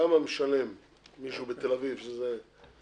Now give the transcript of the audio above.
כמה משלם מישהו בתל אביב, שזה מישור,